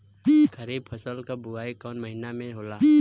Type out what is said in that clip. खरीफ फसल क बुवाई कौन महीना में होला?